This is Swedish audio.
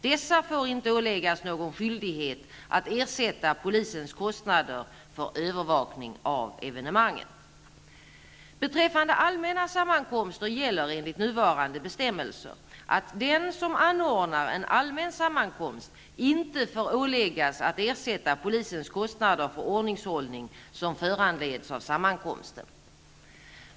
Dessa får inte åläggas någon skyldighet att ersätta polisens kostnader för övervakning av evenemanget. Beträffande allmänna sammankomster gäller enligt nuvarande bestämmelser att den som anordnar en allmän sammankomst inte får åläggas att ersätta polisens kostnader för ordningshållning som föranleds av sammankomsten.